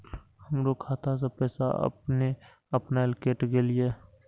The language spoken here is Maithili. हमरो खाता से पैसा अपने अपनायल केट गेल किया?